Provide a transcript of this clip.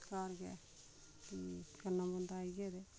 घर गै करना पौंदा आइयै ते